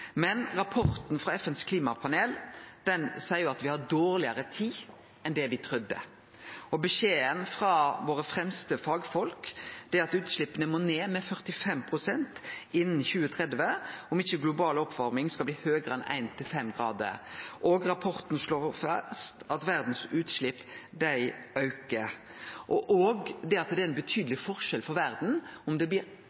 Men rapporten frå FNs klimapanel seier at me har dårlegare tid enn det me trudde, og beskjeden frå våre fremste fagfolk er at utsleppa må ned med 45 pst. innan 2030 om ikkje global oppvarming skal bli høgare enn 1,5 grader. Rapporten slår fast at verdas utslepp aukar, og at det er ein